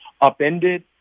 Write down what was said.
upended